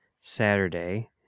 Saturday